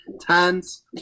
tense